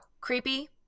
creepy